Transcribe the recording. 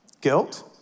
guilt